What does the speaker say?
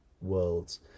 worlds